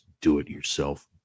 do-it-yourself